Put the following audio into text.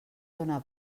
dóna